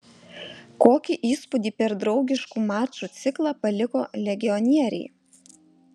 kokį įspūdį per draugiškų mačų ciklą paliko legionieriai